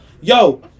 Yo